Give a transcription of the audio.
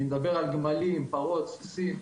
אני מדבר על גמלים, פרות, סוסים,